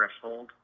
threshold